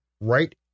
right